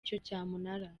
cyamunara